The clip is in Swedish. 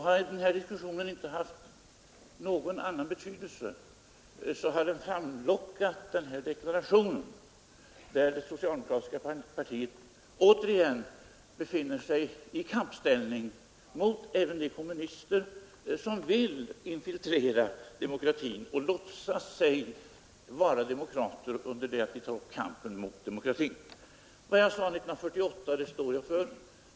Har denna diskussion inte haft någon annan betydelse, så har den framlockat den här deklarationen, där det återigen klarlagts att det socialdemokratiska partiet befinner sig i kampställning mot de kommunister som vill infiltrera demokratin och låtsas vara demokrater under det att de tar upp kampen mot demokratin. Vad jag sade 1948 står jag för.